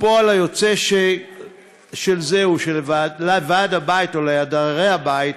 הפועל היוצא של זה הוא שלוועד הבית או לדיירי הבית